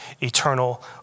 eternal